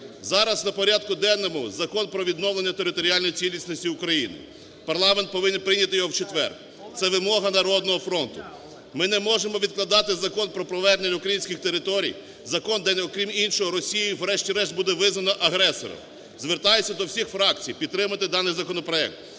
Зараз на порядку денному Закон про відновлення територіальної цілісності України. Парламент повинен прийняти його в четвер. Це вимога "Народного фронту". Ми не можемо відкладати Закон про повернення українських територій, закон, де, окрім іншого, Росію врешті-решт буде визнано агресором. Звертаюся до всіх фракцій підтримати даний законопроект.